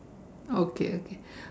okay okay